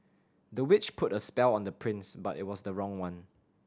the witch put a spell on the prince but it was the wrong one